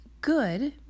good